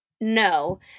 No